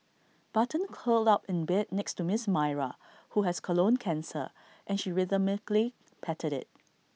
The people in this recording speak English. button curled up in bed next to miss Myra who has colon cancer and she rhythmically patted IT